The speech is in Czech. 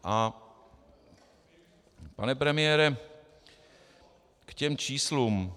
A pane premiére, k těm číslům.